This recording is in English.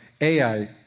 Ai